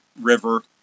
River